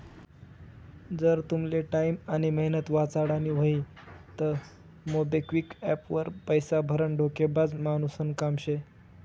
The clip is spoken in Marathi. जर तुमले टाईम आनी मेहनत वाचाडानी व्हयी तं मोबिक्विक एप्प वर पैसा भरनं डोकेबाज मानुसनं काम शे